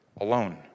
alone